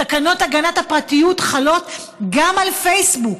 תקנות הגנת הפרטיות חלות גם על פייסבוק,